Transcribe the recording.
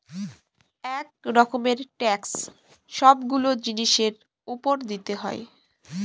এক রকমের ট্যাক্স সবগুলো জিনিসের উপর দিতে হয়